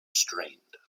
strained